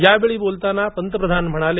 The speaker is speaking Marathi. यावेळी बोलताना पंतप्रधान म्हणाले